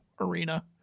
arena